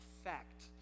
effect